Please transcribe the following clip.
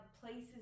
places